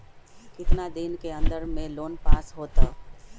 कितना दिन के अन्दर में लोन पास होत?